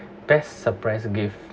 best surprise gift